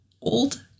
old